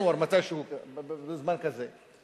בדצמבר, ינואר, מתישהו בזמן כזה.